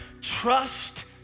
trust